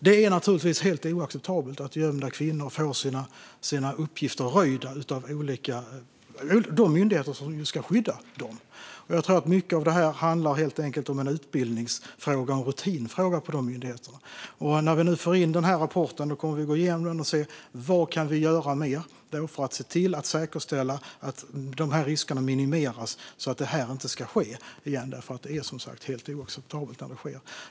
Det är naturligtvis helt oacceptabelt att gömda kvinnor får sina uppgifter röjda av de myndigheter som ska skydda dem. Jag tror att mycket av det helt enkelt handlar om att det är en utbildningsfråga och en rutinfråga för de myndigheterna. När vi nu får in rapporten kommer vi att gå igenom den och se vad vi kan göra mer för att se till att säkerställa att riskerna minimeras så att det inte ska ske igen. Det är som sagt helt oacceptabelt att det sker.